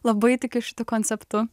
labai tikiu šitu konceptu